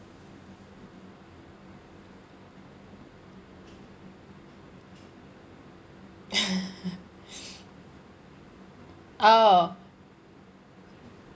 oh